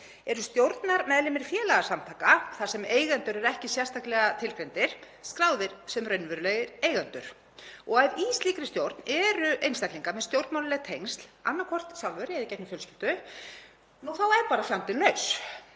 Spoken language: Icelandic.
eru stjórnarmeðlimir félagasamtaka, þar sem eigendur eru ekki sérstaklega tilgreindir, skráðir sem raunverulegir eigendur. Ef í slíkri stjórn eru einstaklingar með stjórnmálaleg tengsl, annaðhvort sjálfir eða í gegnum fjölskyldu, þá er fjandinn laus,